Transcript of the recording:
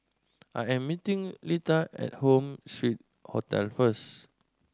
I am meeting Litha at Home Suite Hotel first